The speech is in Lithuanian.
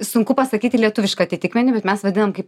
sunku pasakyti lietuvišką atitikmenį bet mes vadinam kaip